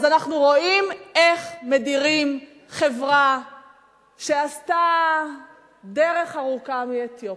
אז אנחנו רואים איך מדירים חברה שעשתה דרך ארוכה מאתיופיה,